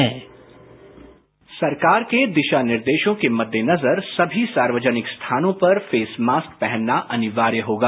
bite सरकार के दिशा निर्देशों के मद्देनजर सभी सार्वजनिक स्थानों पर फेस मास्क पहनना अनिवार्य होगा